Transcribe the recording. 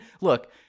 look